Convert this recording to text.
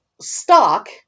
stock